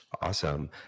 Awesome